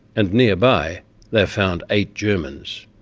and nearby they have found eight germans.